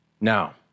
Now